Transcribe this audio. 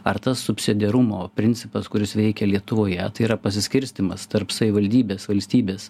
ar tas subsidiarumo principas kuris veikia lietuvoje tai yra pasiskirstymas tarp savivaldybės valstybės